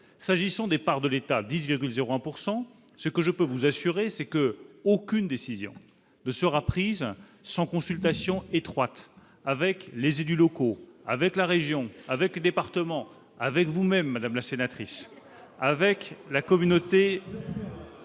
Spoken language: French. s'agissant des parts de l'État- 10,01 %-, je peux vous assurer qu'aucune décision ne sera prise sans concertation étroite avec les élus locaux, avec la région, avec le département, avec vous-même, madame la sénatrice, ... Merci !...